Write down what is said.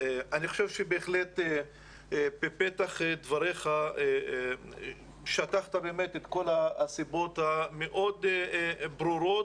אני חושב שבפתח דבריך שטחת את כל הסיבות הברורות,